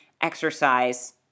exercise